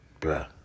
Bruh